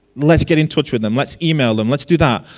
let's getting tortured them, let's email them, let's do that.